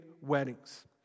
weddings